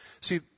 See